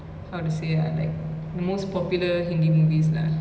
how to say ah like the most popular hindi movies lah